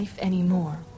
anymore